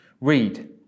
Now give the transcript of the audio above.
read